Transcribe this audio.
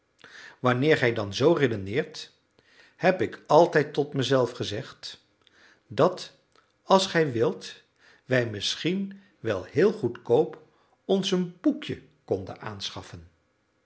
wanneer gij dan zoo redeneert heb ik altijd tot mezelf gezegd dat als gij wildet wij misschien wel heel goedkoop ons een boekje konden aanschaffen